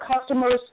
customers